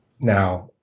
now